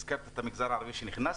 הזכרת את המגזר הערבי כי נכנסתי?